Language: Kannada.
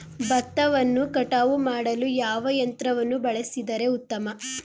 ಭತ್ತವನ್ನು ಕಟಾವು ಮಾಡಲು ಯಾವ ಯಂತ್ರವನ್ನು ಬಳಸಿದರೆ ಉತ್ತಮ?